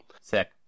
Sick